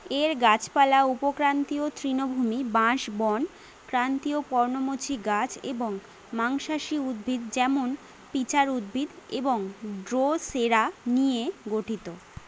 এর গাছপালা উপক্রান্তীয় তৃণভূমি বাঁশ বন ক্রান্তীয় পর্ণমোচী গাছ এবং মাংসাশী উদ্ভিদ যেমন পিচার উদ্ভিদ এবং ড্রোসেরা নিয়ে গঠিত